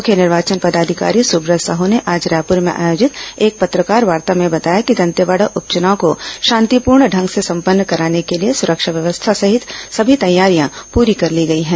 मुख्य निर्वाचन पदाधिकारी सुंबत साहू ने आज रायपुर में आयोजित एक पत्रकारवार्ता में बताया कि दंतेवाड़ा उप चनाव को शांतिपूर्ण ढंग से संपन्न कराने के लिए सरक्षा व्यवस्था सहित सभी तैयारियां पूरी कर ली गई हैं